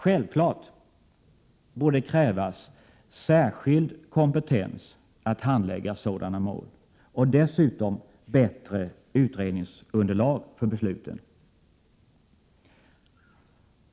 Självklart borde det krävas särskild kompetens att handlägga sådana mål och dessutom bättre utredningsunderlag för besluten.